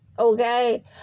okay